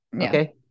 okay